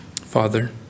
Father